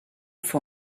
for